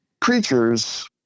creatures